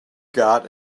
got